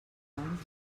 abans